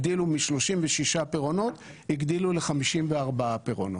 הגדילו מ-36 פירעונות ל-54 פירעונות.